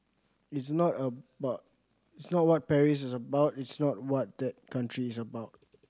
it's not it's not what Paris is about it's not what that country is about